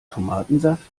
tomatensaft